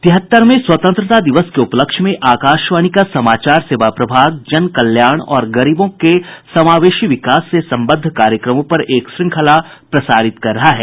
तिहत्तरवें स्वतंत्रता दिवस के उपलक्ष्य में आकाशवाणी का समाचार सेवा प्रभाग जन कल्याण और गरीबों के समावेशी विकास से सम्बद्ध कार्यक्रमों पर एक श्रृंखला प्रसारित कर रहा है